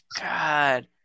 God